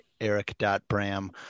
eric.bram